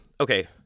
okay